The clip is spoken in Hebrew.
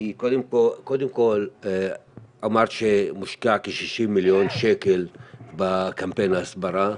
קודם כל אמרת שמושקע כ-60 מיליון שקל בקמפיין ההסברה,